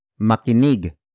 Makinig